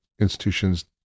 institutions